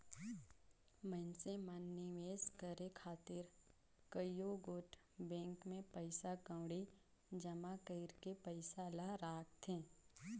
मइनसे मन निवेस करे खातिर कइयो गोट बेंक में पइसा कउड़ी जमा कइर के पइसा ल राखथें